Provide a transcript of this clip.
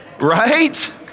right